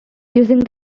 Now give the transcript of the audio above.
using